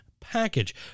package